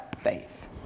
faith